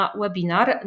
webinar